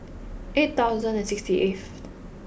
eight thousand and sixty eighth